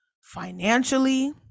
financially